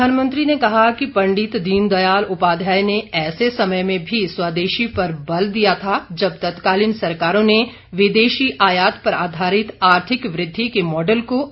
प्रधानमंत्री ने कहा कि पंडित दीनदयाल उपाध्याय ने ऐसे समय में भी स्वदेशी पर बल दिया था जब तत्कालीन सरकारों ने विदेशी आयात पर आधारित आर्थिक वृद्धि के मॉडल को अपनाया था